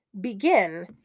Begin